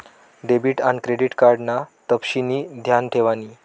debit आन credit card ना तपशिनी ध्यान ठेवानी